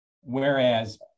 whereas